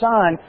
Son